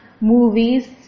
movies